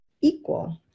equal